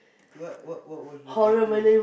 what what what was the title